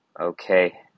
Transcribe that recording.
Okay